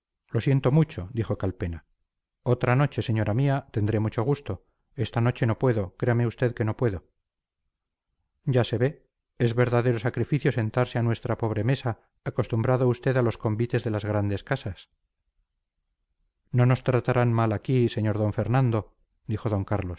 lo siento mucho dijo calpena otra noche señora mía tendré mucho gusto esta noche no puedo créame usted que no puedo ya se ve es verdadero sacrificio sentarse a nuestra pobre mesa acostumbrado usted a los convites de las grandes casas no nos tratarán mal aquí sr d fernando dijo d carlos